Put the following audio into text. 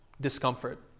discomfort